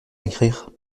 écrire